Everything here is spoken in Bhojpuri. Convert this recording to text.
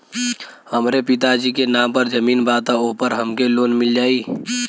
हमरे पिता जी के नाम पर जमीन बा त ओपर हमके लोन मिल जाई?